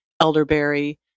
elderberry